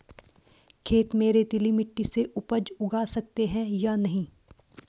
खेत में रेतीली मिटी में उपज उगा सकते हैं या नहीं?